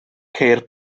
ceir